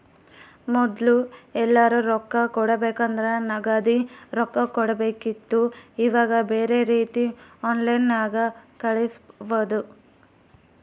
ಮೊದ್ಲು ಎಲ್ಯರಾ ರೊಕ್ಕ ಕೊಡಬೇಕಂದ್ರ ನಗದಿ ರೊಕ್ಕ ಕೊಡಬೇಕಿತ್ತು ಈವಾಗ ಬ್ಯೆರೆ ರೀತಿಗ ಆನ್ಲೈನ್ಯಾಗ ಕಳಿಸ್ಪೊದು